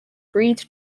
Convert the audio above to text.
breed